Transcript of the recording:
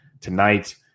tonight